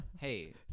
hey